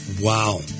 Wow